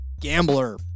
gambler